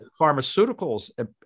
pharmaceuticals